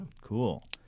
Cool